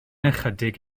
ychydig